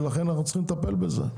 ולכן אנחנו צריכים לטפל בזה.